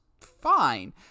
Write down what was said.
fine